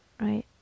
Right